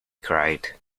cried